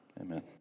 Amen